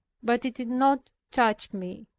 but it did not touch me.